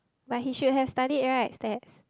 but he should have studied right stats